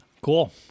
Cool